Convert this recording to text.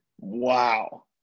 wow